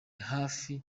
hafi